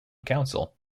council